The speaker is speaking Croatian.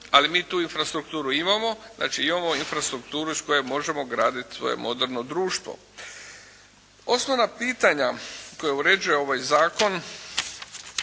ali mi tu infrastrukturu imamo. Znači imamo infrastrukturu iz koje možemo graditi svoje moderno društvo. Osnovna pitanja koja uređuje ovaj zakon,